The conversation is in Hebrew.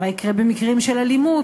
מה יקרה במקרים של אלימות?